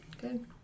Good